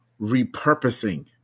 repurposing